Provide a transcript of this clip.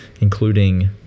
including